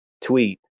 tweet